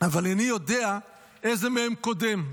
אבל איני יודע איזה מהם קודם.